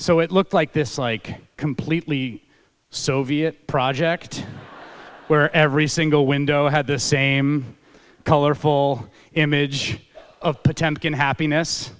so it looked like this like completely soviet project where every single window had the same colorful image of potemkin happiness